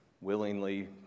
willingly